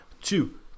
two